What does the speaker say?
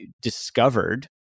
discovered